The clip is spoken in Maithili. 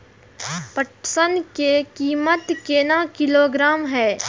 पटसन की कीमत केना किलोग्राम हय?